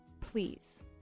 please